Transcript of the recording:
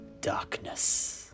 Darkness